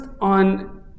on